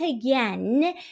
again